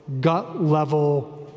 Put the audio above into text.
gut-level